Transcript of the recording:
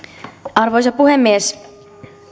arvoisa puhemies